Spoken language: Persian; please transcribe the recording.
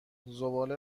زباله